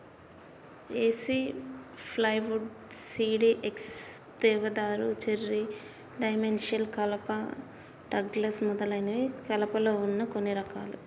ఏసి plywood, CDX, దేవదారు, cherry, dimensional కలప, Douglas మొదలైనవి కలపలో వున్న కొన్ని రకాలు